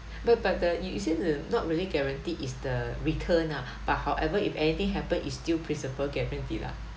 but but the you say the not really guarantee is the return nah but however if anything happened is still principal guarantee lah